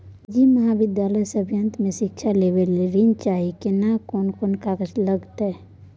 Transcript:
निजी महाविद्यालय से अभियंत्रण मे शिक्षा लेबा ले ऋण चाही केना कोन कागजात लागतै?